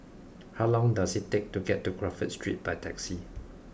how long does it take to get to Crawford Street by taxi